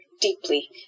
deeply